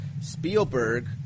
Spielberg